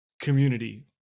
community